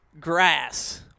grass